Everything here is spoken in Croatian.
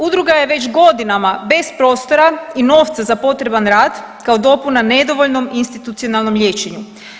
Udruga je već godinama bez prostora i novca za potreban rad kao dopuna nedovoljnom institucionalnom liječenju.